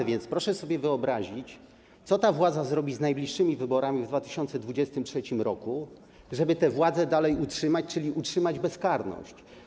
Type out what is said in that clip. A więc proszę sobie wyobrazić, co ta władza zrobi z najbliższymi wyborami w 2023 r., żeby tę władzę utrzymać, czyli utrzymać bezkarność.